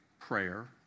prayer